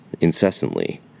incessantly